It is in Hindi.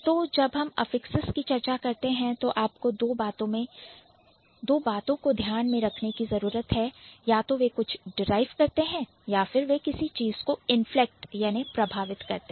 तो जब हम affixes अफिक्सेस की चर्चा करते हैं तो आपको दो बातों को ध्यान में रखने की आवश्यकता है या तो वे कुछ derive डिराइव प्राप्त करते हैं या फिर वे किसी चीज को inflect इन्फ्लेक्ट प्रभावित करते हैं